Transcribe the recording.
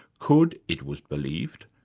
could, it was believed,